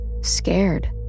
scared